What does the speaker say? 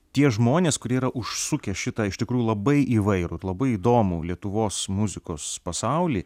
tie žmonės kurie yra užsukę šitą iš tikrųjų labai įvairų labai įdomų lietuvos muzikos pasaulį